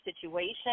situation